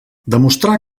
demostrà